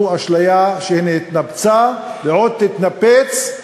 זו אשליה שהתנפצה ועוד תתנפץ,